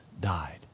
died